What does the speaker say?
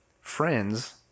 friends